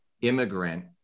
immigrant